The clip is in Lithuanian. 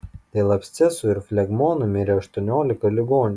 dėl abscesų ir flegmonų mirė aštuoniolika ligonių